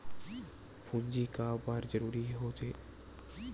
पूंजी का बार जरूरी हो थे?